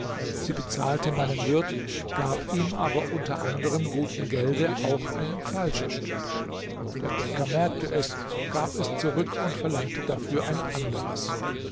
sie bezahlte meinen wirt gab ihm aber unter anderem gutem gelde auch ein falsches stück der bäcker merkte es gab es zurück und verlangte dafür ein anderes